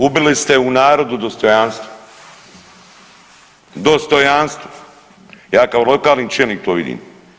Ubili ste u narodu dostojanstvo, dostojanstvo ja kao lokalni čelnik to vidim.